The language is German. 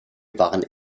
waren